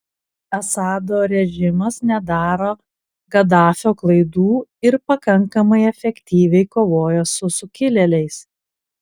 assado režimas nedaro gaddafio klaidų ir pakankamai efektyviai kovoja su sukilėliais